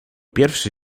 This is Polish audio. pierwszy